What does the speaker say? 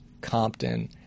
Compton